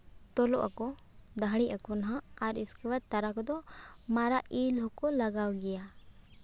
ᱛᱚᱚᱜ ᱟᱠᱚ ᱫᱟᱹᱲᱦᱤᱜ ᱟᱠᱚ ᱱᱟᱦᱟᱜ ᱟᱨ ᱩᱥᱠᱮ ᱵᱟᱫ ᱛᱟᱨᱟ ᱠᱚᱫᱚ ᱢᱟᱨᱟᱜ ᱤᱞ ᱦᱚᱸᱠᱚ ᱞᱟᱜᱟᱣ ᱜᱮᱭᱟ